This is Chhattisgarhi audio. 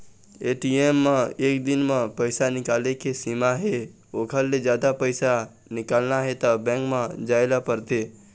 ए.टी.एम म एक दिन म पइसा निकाले के सीमा हे ओखर ले जादा पइसा निकालना हे त बेंक म जाए ल परथे